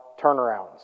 turnarounds